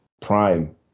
prime